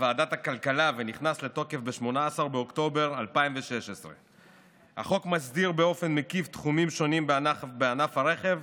בוועדת הכלכלה ונכנס לתוקף ב-18 באוקטובר 2016. החוק מסדיר באופן מקיף תחומים שונים בענף הרכב,